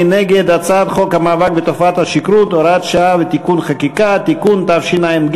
מי נגד הצעת חוק המאבק בתופעת השכרות (הוראת שעה ותיקון חקיקה) (תיקון),